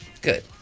Good